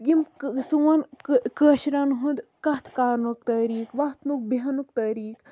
یِم سون کٲشریٚن ہُنٛد کتھ کَرنُک طریق وۄتھنُک بیٚہنُک طریق